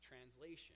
translation